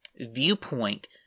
viewpoint